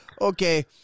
Okay